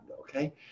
okay